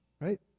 right